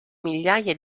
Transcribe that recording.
migliaia